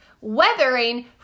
weathering